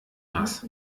nass